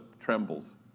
trembles